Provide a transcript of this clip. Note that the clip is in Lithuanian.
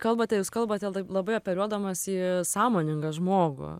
kalbate jūs kalbate labai apeliuodamas į sąmoningą žmogų